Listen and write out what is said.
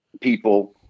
people